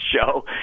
show